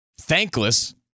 thankless